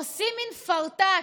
עושים מין פארטץ',